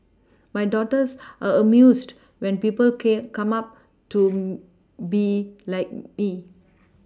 my daughters are amused when people came come up to be like it